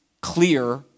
clear